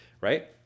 right